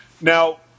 Now